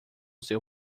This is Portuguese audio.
seu